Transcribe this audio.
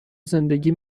زندگی